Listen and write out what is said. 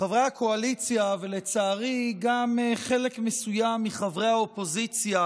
חברי הקואליציה ולצערי גם חלק מחברי האופוזיציה